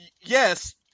Yes